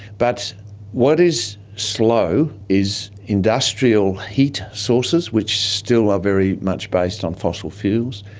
but what is slow is industrial heat sources which still are very much based on fossil fuels,